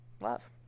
Love